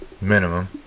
minimum